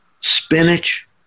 spinach